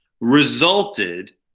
resulted